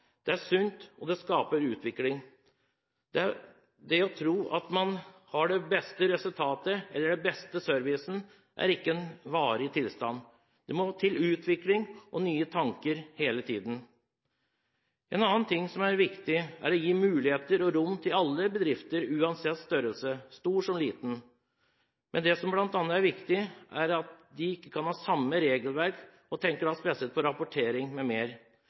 Det er sunt, og det skaper utvikling. Å tro at man har det beste resultatet eller den beste servicen, er ikke en varig tilstand. Det må til utvikling og nye tanker hele tiden. Noe annet som er viktig, er å gi muligheter og rom til alle bedrifter, uansett størrelse – stor som liten. Viktig er det også bl.a. at de ikke kan ha samme regelverk. Jeg tenker da på rapportering